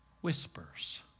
whispers